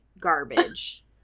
garbage